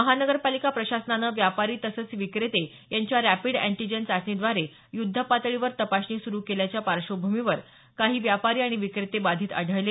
महानगरपालिका प्रशासनानं व्यापारी तसंच विक्रेते यांच्या रॅपिड अँटीजेन चाचणीद्वारे युद्धपातळीवर तपासणी सुरू केल्याच्या पार्श्वभूमीवर काही व्यापारी आणि विक्रेते बाधित आढळले